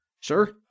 Sure